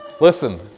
Listen